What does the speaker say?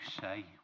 say